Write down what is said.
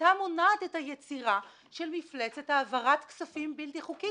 הייתה מונעת את היצירה של מפלצת העברת הכספים הבלתי חוקית,